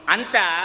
Anta